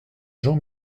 jean